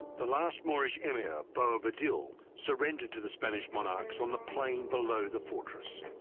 the last moorish emir boabdil surrendered to the spanish monarchs on the plain below the fortress